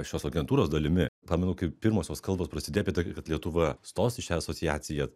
šios agentūros dalimi pamenu kaip pirmosios kalbos prasidėjo apie tai kad lietuva stos į šią asociaciją